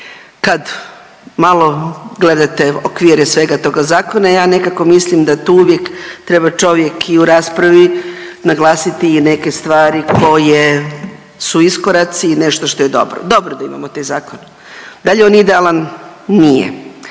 Kad malo gledate okvire svega toga zakona ja nekako mislim da tu uvijek treba čovjek i u raspravi naglasiti i neke stvari koje su iskoraci i nešto što je dobro. Dobro da imamo taj zakon. Da li je on idealan, nije.